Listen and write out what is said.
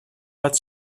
bat